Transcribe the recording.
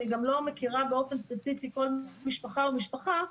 אני גם לא מכירה באופן ספציפי כל משפחה ומשפחה,